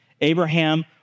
Abraham